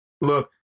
Look